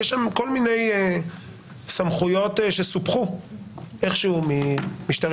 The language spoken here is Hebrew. יש שם כל מיני סמכויות שסופחו איכשהו ממשטרת